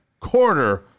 quarter